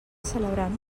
celebrant